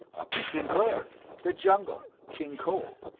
upton sinclair the jungle, king coal,